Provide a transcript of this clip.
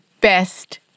best